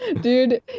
dude